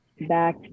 back